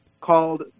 called